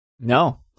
No